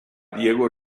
diego